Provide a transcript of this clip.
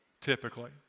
typically